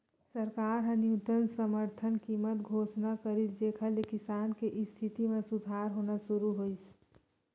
सरकार ह न्यूनतम समरथन कीमत घोसना करिस जेखर ले किसान के इस्थिति म सुधार होना सुरू होइस